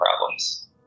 problems